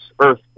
earth